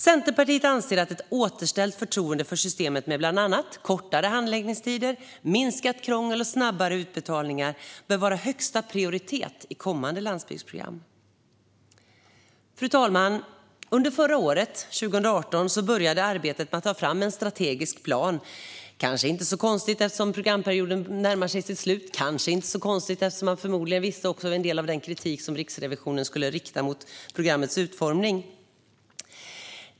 Centerpartiet anser att ett återställt förtroende för systemet, med bland annat kortare handläggningstider, minskat krångel och snabbare utbetalningar, bör vara av högsta prioritet i kommande landsbygdsprogram. Fru talman! Under förra året, 2018, började arbetet med att ta fram en strategisk plan. Det är kanske inte så konstigt eftersom programperioden närmar sig sitt slut och eftersom man förmodligen kände till en del av den kritik som Riksrevisionen skulle rikta mot programmets utformning.